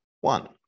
one